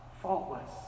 faultless